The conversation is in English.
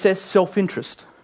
self-interest